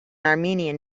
armenian